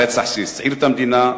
"הרצח שהסעיר את המדינה",